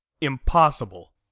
Impossible